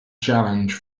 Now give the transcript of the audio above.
challenge